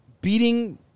beating –